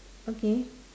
okay